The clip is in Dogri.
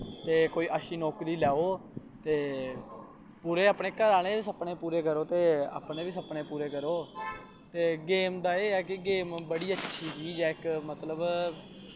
ते कोई अच्छी नोकरी लैओ ते पूरे अपने घर आह्लें दे सपने बी पूरे करो ते अपने बा सपने पूरे करो ते गेम दा एह् ऐ कि गेम बड़ी अच्छी चीज ऐ इक मतलब